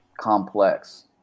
complex